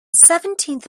seventeenth